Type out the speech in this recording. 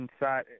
inside